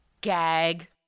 Gag